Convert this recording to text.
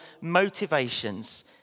motivations